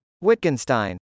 Wittgenstein